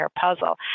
puzzle